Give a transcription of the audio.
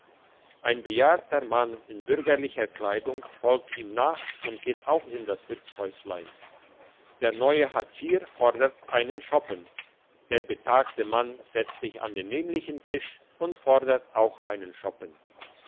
ein bejahrter mann in bürgerlicher kleidung folgt ihm nach und geht auch in das wirtshäuslein der neue hatschier fordert einen schoppen der betagte mann setzt sich an den nämlichen tisch und fordert auch einen schoppen